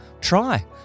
Try